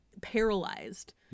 paralyzed